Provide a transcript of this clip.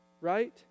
Right